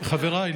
חבריי,